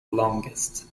longest